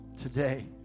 today